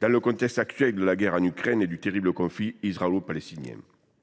dans le contexte actuel de la guerre en Ukraine et du terrible conflit israélo palestinien.